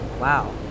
Wow